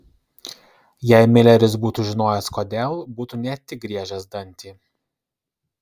jei mileris būtų žinojęs kodėl būtų ne tik griežęs dantį